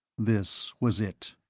this was it.